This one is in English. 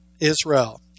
Israel